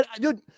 Dude